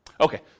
Okay